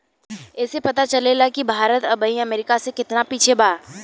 ऐइसे पता चलेला कि भारत अबही अमेरीका से केतना पिछे बा